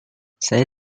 saya